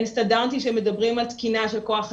אין סטנדרטים שמדברים על תקינה של כוח אדם,